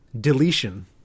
deletion